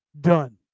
done